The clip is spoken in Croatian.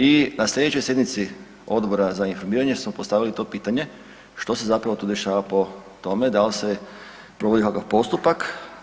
I na slijedećoj sjednici Odbora za informiranje smo postavili to pitanje što se zapravo tu dešava po tome, da li se provodi kakav postupak?